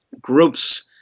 groups